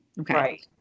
Okay